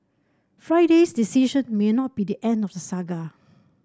Friday's decision may not be the end of the saga